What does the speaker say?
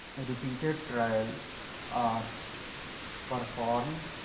repeated trails are performed